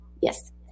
yes